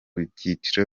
byiciro